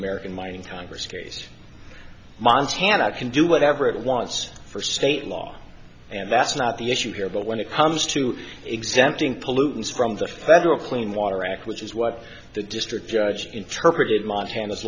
american mind in time for space montana can do whatever it wants for state law and that's not the issue here but when it comes to exempting pollutants from the federal clean water act which is what the district judge interpreted montana's